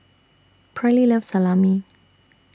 Perley loves Salami